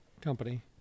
company